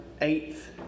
eighth